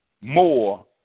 More